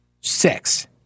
six